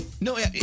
No